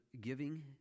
giving